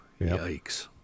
Yikes